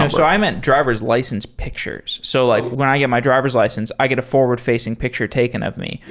um so i meant driver s license pictures. so like when i get my driver s license, i get a forward-facing picture taken of me,